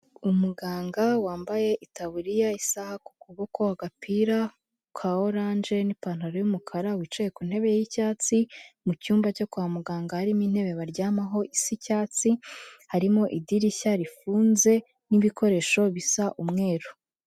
Umuganga wambaye itaburiya, isaha ku kuboko, agapira ka oranje n'ipantaro y'umukara, wicaye ku ntebe y'icyatsi, mu cyumba cyo kwa muganga harimo intebe baryamaho isa icyatsi, harimo idirishya rifunze n'ibikoresho bisa umweru.